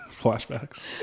flashbacks